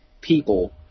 people